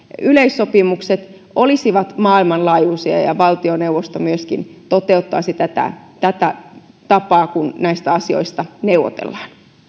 yleissopimukset olisivat maailmanlaajuisia ja ja valtioneuvosto myöskin toteuttaisi tätä tätä tapaa kun näistä asioista neuvotellaan